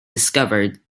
discovered